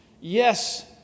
yes